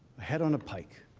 head on a pike.